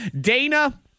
Dana